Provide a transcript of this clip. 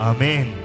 Amen